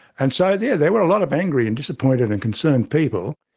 and so yeah, there were a lot of angry and disappointed and concerned people.